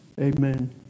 Amen